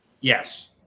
Yes